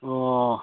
ꯑꯣ